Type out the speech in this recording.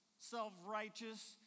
self-righteous